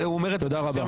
תודה רבה.